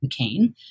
McCain